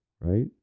right